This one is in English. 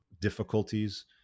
difficulties